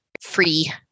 free